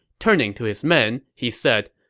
turning to his men, he said,